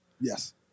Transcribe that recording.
Yes